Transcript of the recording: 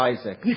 Isaac